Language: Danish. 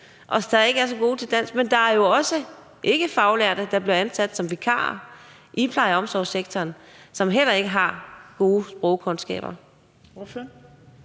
der ikke er så gode til dansk, og at der jo også er ikkefaglærte, der bliver ansat som vikarer i pleje- og omsorgssektoren, som heller ikke har gode sprogkundskaber.